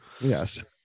Yes